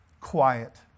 quiet